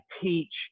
teach